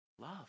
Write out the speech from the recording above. Love